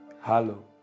Hello